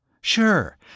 Sure